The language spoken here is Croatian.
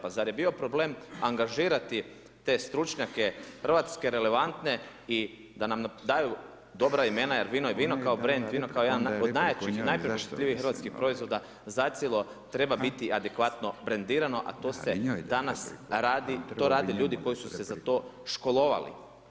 Pa zar je bio problem angažirati te stručnjake hrvatske relevantne i da nam daju dobra imena jer vino je vino kao brand vino kao jedan od najjačih ... [[Govornici govore istovremeno, ne razumije se.]] hrvatskih proizvoda zacjelo treba biti adekvatno brendirano, a to se danas radi, to rade ljudi koji su se za to školovali.